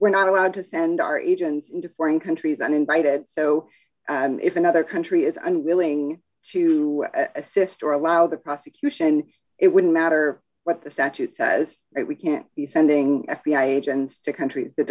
we're not allowed to send our events into foreign countries uninvited so and if another country is unwilling to assist or allow the prosecution it wouldn't matter what the statute says we can't be sending f b i agents to countries that